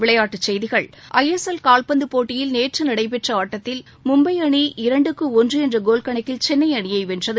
விளையாட்டுச் செய்திகள் I S L கால்பந்து போட்டியில் நேற்று நடைபெற்ற ஆட்டத்தில் மும்பை அணி இரண்டுக்கு ஒன்று என்ற கோல் கணக்கில் சென்னை அணியை வென்றது